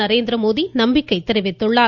நரேந்திரமோடி நம்பிக்கை தெரிவித்துள்ளார்